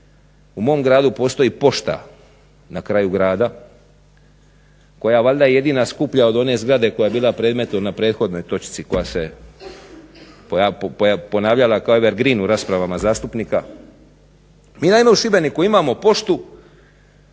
U mom gradu postoji pošta na kraju grada koja je valjda jedina skuplja od one zgrade koja je bila predmet na prethodnoj točci koja se ponavljala kao evergreen u raspravama zastupnika. Mi naime u Šibeniku imamo poštu